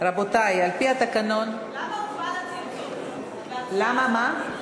רבותי, על-פי התקנון, למה מה?